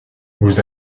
vous